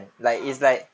a'ah